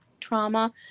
trauma